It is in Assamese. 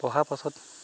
বঢ়াৰ পাছত